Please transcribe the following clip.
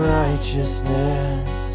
righteousness